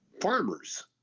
farmers